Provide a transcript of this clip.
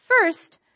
First